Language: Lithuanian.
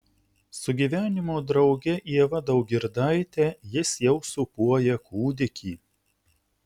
su gyvenimo drauge ieva daugirdaite jis jau sūpuoja kūdikį